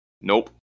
Nope